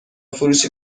فروشی